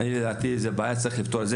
לדעתי, צריך לפתור את בעיית ההתמחויות.